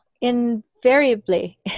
invariably